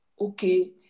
okay